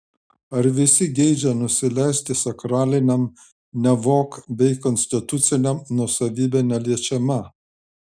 ar visi geidžia nusileisti sakraliniam nevok bei konstituciniam nuosavybė neliečiama